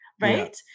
right